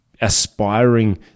aspiring